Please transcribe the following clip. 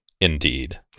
Indeed